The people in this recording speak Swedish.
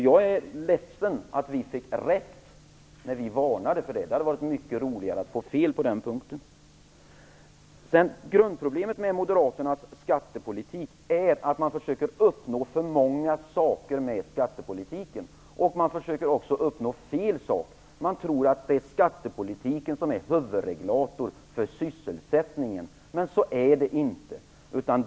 Jag är ledsen att vi fick rätt när vi varnade för det. Det hade varit mycket roligare att få fel på den punkten. Grundproblemet med moderaternas skattepolitik är att man försöker att uppnå för många saker med skattepolitiken, och man försöker också uppnå fel saker. Man tror att det är skattepolitiken som är huvudreglator för sysselsättningen. Men så är det inte.